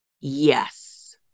Yes